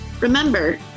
remember